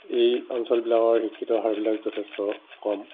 এই অঞ্চলবিলাকৰ শিক্ষিতৰ হাৰবিলাক যথেষ্ট কম